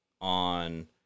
on